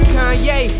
Kanye